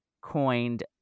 coined